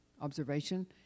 observation